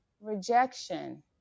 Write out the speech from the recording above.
rejection